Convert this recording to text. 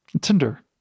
tinder